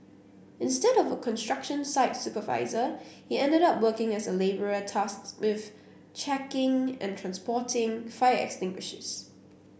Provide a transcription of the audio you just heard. instead of a construction site supervisor he ended up working as a labourer tasked with checking and transporting fire extinguishers